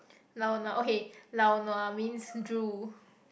lao nua okay lao nua means drool